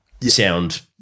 sound